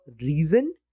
reason